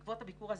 בעקבות הביקור הזה,